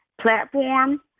platform